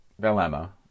dilemma